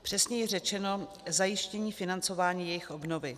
Přesněji řečeno zajištění financování jejich obnovy.